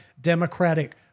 democratic